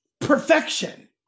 perfection